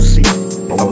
See